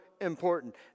important